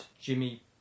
Jimmy